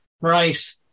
Right